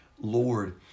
Lord